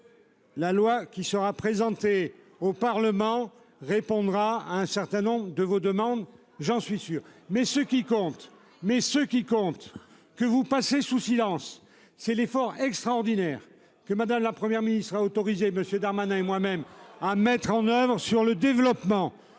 La loi qui sera présenté au Parlement répondra à un certain nombre de vos demandes. J'en suis sûr mais ce qui compte, mais ce qui compte, que vous passez sous silence, c'est l'effort extraordinaire que madame, la Première ministre a autorisé monsieur Darmanin et moi-même à mettre en oeuvre sur le développement